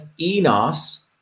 ENOS